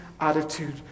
Attitude